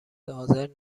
حاضر